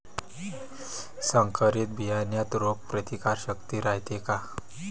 संकरित बियान्यात रोग प्रतिकारशक्ती रायते का?